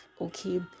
Okay